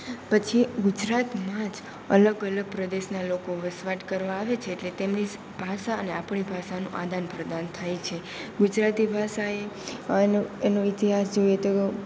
પછી ગુજરાતમાં જ અલગ અલગ પ્રદેશના લોકો વસવાટ કરવા આવે છે એટલે તેમની ભાષા અને આપણી ભાષાનું આદાન પ્રદાન થાય છે ગુજરાતી ભાષા એ એનો ઈતિહાસ જોઈએ તો